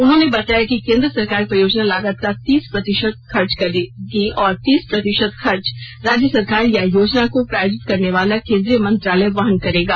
उन्होंने बताया कि केन्द्र सरकार परियोजना लागत का तीस प्रतिशत खर्च वहन करेगी और तीस प्रतिशत खर्च राज्य सरकार या योजना को प्रायोजित करने वाला केन्द्रीय मंत्रालय वहन करेगा